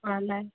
অঁ নাই